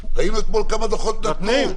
ראינו אתמול כמה דוחות נתנו.